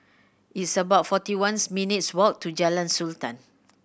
it's about forty ones minutes' walk to Jalan Sultan